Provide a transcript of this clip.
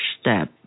step